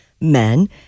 Men